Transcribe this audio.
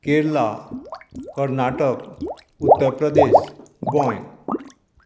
Kerala Karnataka Uttar Pradesh Goa